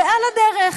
ועל הדרך,